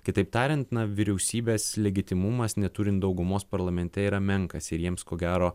kitaip tariant na vyriausybės legitimumas neturint daugumos parlamente yra menkas ir jiems ko gero